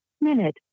minute